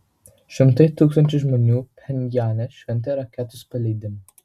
šimtai tūkstančių žmonių pchenjane šventė raketos paleidimą